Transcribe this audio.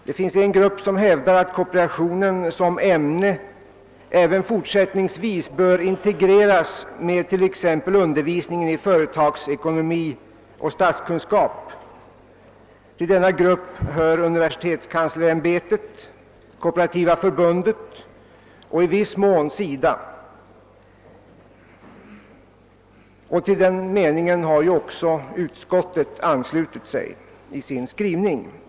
Det finns en grupp som hävdar att kooperationen som ämne även fortsättningsvis bör integreras med undervisningen i t.ex. företagsekonomi och statskunskap. Till denna grupp hör universitetskanslersämbetet, Kooperativa förbundet och i viss mån SIDA. även utskottet har i sin skrivning anslutit sig till denna mening.